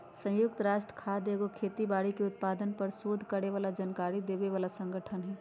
संयुक्त राष्ट्र खाद्य एगो खेती बाड़ी के उत्पादन पर सोध करे बला जानकारी देबय बला सँगठन हइ